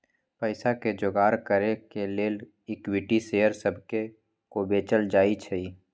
पईसा के जोगार करे के लेल इक्विटी शेयर सभके को बेचल जाइ छइ